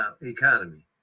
economy